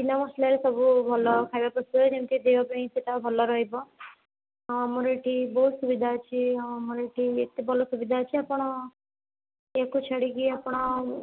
ବିନା ମସଲାରେ ସବୁ ଭଲ ଖାଇବା ପ୍ରସ୍ତୁତ ହୁଏ ଯେମିତି ଦେହ ପାଇଁ ସେଇଟା ଭଲ ରହିବ ତ ଆମର ଏଠି ବହୁତ ସୁବିଧା ଅଛି ଆଉ ଆମର ଏଠି ଏତେ ଭଲ ସୁବିଧା ଅଛି ଆପଣ ୟାକୁ ଛାଡ଼ିକି ଆପଣ